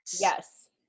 Yes